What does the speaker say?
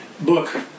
book